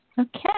Okay